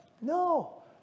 No